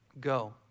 go